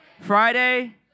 Friday